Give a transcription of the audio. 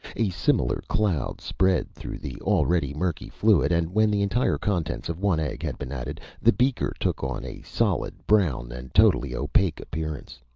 a similar clouding spread through the already murky fluid and when the entire contents of one egg had been added, the beaker took on a solid, brown and totally opaque appearance.